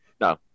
No